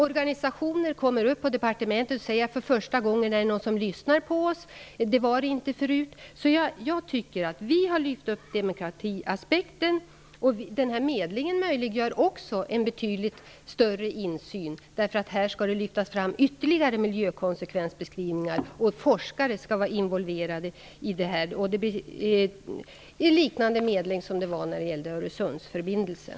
Organisationer har kommit upp till departementet och sagt att det för första gången är någon som lyssnar på dem. Så var det inte förut. Jag tycker att vi har lyft fram demokratiaspekten. Medlingen möjliggör också en betydligt större insyn. Här skall föras fram ytterligare miljökonsekvensbeskrivningar, och forskare skall involveras. Det skall bli en liknande medling som när det gällde Öresundsförbindelsen.